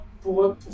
pour